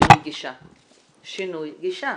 שינוי גישה.